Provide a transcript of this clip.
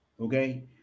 Okay